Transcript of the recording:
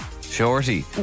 Shorty